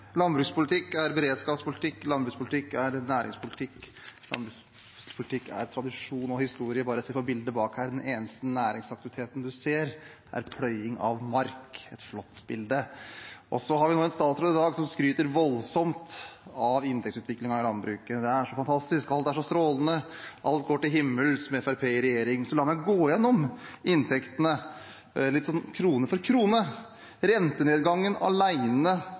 Landbrukspolitikk er beredskapspolitikk. Landbrukspolitikk er næringspolitikk. Landbrukspolitikk er tradisjon og historie – bare se på bildene bak her. Den eneste næringsaktiviteten en ser, er pløying av mark – et flott bilde. Så har vi en statsråd i dag som skryter voldsomt av inntektsutviklingen i landbruket – det er så fantastisk, alt er så strålende, og alt går til himmels med Fremskrittspartiet i regjering. La meg gå gjennom inntektene krone for krone. Rentenedgangen